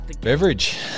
beverage